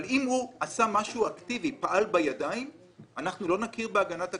אבל אם הוא עשה מעשה פיזי לא מכירים בהגנת הקנטור.